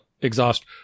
exhaust